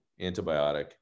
antibiotic